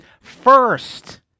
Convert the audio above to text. first